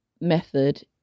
method